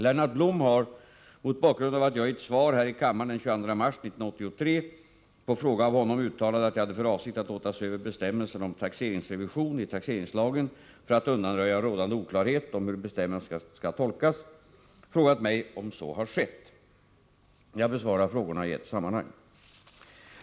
Lennart Blom har — mot bakgrund av att jag i ett svar här i kammaren den 22 mars 1983 på fråga av honom uttalade att jag hade för avsikt att låta se över bestämmelserna om taxeringsrevision i taxeringslagen för att undanröja rådande oklarhet om hur bestämmelserna skall tolkas — frågat mig om så har skett. Jag besvarar frågorna i ett sammanhang.